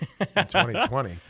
2020